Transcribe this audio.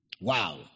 Wow